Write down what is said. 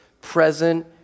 present